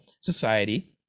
society